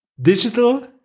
digital